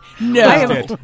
No